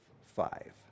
five